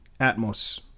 Atmos